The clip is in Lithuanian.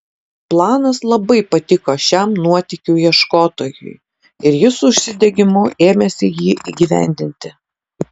planas labai patiko šiam nuotykių ieškotojui ir jis su užsidegimu ėmėsi jį įgyvendinti